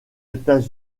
états